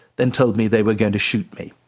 then told me they were going to shoot me.